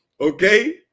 okay